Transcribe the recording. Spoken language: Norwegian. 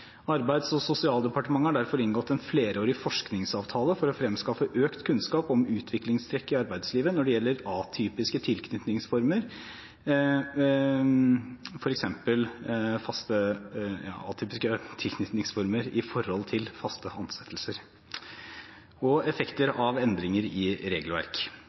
Arbeids- og sosialdepartementet har derfor inngått en flerårig forskningsavtale for å fremskaffe økt kunnskap om utviklingstrekk i arbeidslivet når det gjelder atypiske tilknytningsformer i forhold til faste ansettelser og effekter av endringer i regelverk.